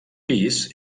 pis